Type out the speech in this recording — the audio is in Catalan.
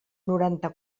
noranta